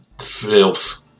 filth